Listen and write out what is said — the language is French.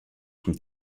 une